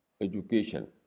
education